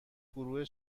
گروه